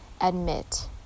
admit